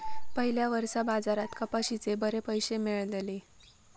पयल्या वर्सा बाजारात कपाशीचे बरे पैशे मेळलले